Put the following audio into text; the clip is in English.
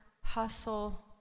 hustle